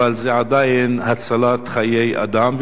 אבל זה עדיין הצלת חיי אדם,